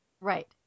Right